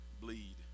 bleed